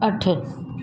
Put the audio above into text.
अठ